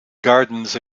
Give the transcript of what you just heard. gardens